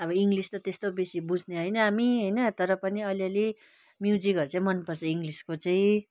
अब इङ्गलिस त त्यस्तो बेसी बुझ्ने होइन हामी होइन तर पनि अलि अलि म्युजिकहरू चाहिँ मन पर्छ इङ्गलिसको चाहिँ